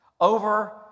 over